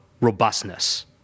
robustness